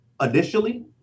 initially